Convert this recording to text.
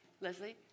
Leslie